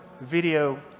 video